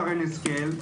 שרן השכל,